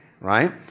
right